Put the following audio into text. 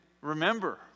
remember